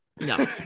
No